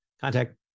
contact